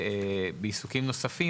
לעיסוקים נוספים,